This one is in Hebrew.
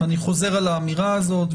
אני חוזר על האמירה בזאת.